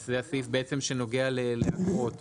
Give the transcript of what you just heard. זה הסעיף בעצם שנוגע --- היום,